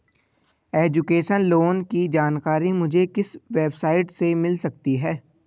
Education loan की जानकारी मुझे किस वेबसाइट से मिल सकती है?